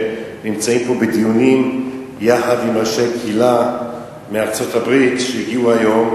נמצאים פה בדיונים יחד עם אנשי הקהילה מארצות-הברית שהגיעו היום.